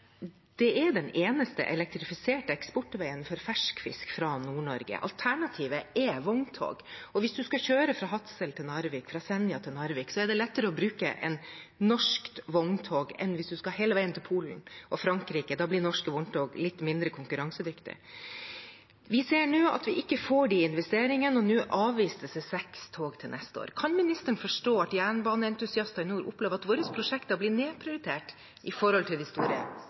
er den eneste elektrifiserte eksportveien for fersk fisk fra Nord-Norge. Alternativet er vogntog, og hvis man skal kjøre fra Hadsel til Narvik eller fra Senja til Narvik, er det lettere å bruke et norsk vogntog enn hvis man skal hele veien til Polen og Frankrike. Da blir norske vogntog litt mindre konkurransedyktige. Vi ser nå at vi ikke får disse investeringene, og nå avvises det seks tog til neste år. Kan ministeren forstå at jernbaneentusiaster i nord opplever at våre prosjekter blir nedprioritert i forhold til de store